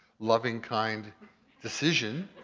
loving kind decision.